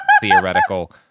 theoretical